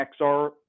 xr